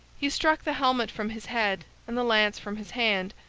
he struck the helmet from his head and the lance from his hand.